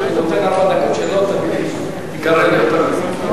אני נותן ארבע דקות, שלא תיגרר ליותר מזה.